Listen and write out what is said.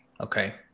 Okay